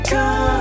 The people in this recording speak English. Come